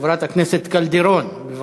חברת הכנסת קלדרון, בבקשה.